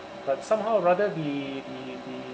but somehow rather the the the